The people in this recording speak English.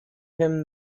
him